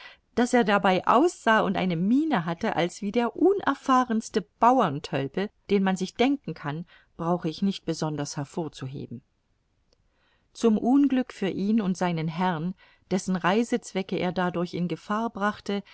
daß er dabei aussah und eine miene hatte als wie der unerfahrenste bauerntölpel den man sich denken kann brauche ich nicht besonders hervorzuheben zum unglück für ihn und seinen herrn dessen reisezwecke er dadurch in gefahr brachte